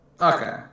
Okay